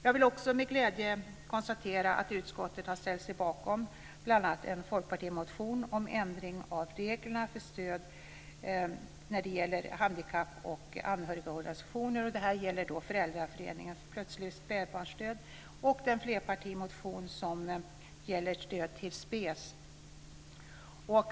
Jag vill också med glädje konstatera att utskottet har ställt sig bakom bl.a. en folkpartimotion om ändring av reglerna för stöd när det gäller handikapp och anhörigorganisationer - det här gäller då Föräldraföreningen Plötslig Spädbarnsdöd - och den motion som gäller stöd till SPES.